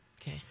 Okay